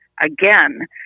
again